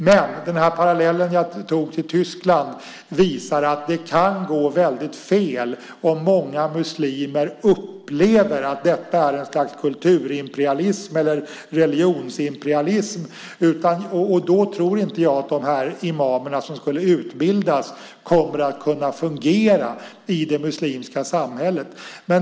Men den parallell jag drog till Tyskland visar att det kan gå väldigt fel om många muslimer upplever att detta är ett slags kulturimperialism eller religionsimperialism. Jag tror inte att de imamer som skulle utbildas då kommer att kunna fungera i det muslimska samhället.